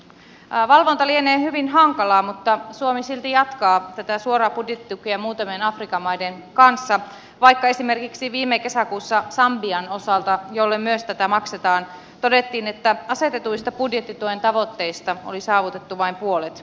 valvonta lienee hyvin hankalaa mutta suomi silti jatkaa tätä suoraa budjettitukea muutamien afrikan maiden kanssa vaikka esimerkiksi viime kesäkuussa sambian osalta jolle tätä myös maksetaan todettiin että asetetuista budjettituen tavoitteista oli saavutettu vain puolet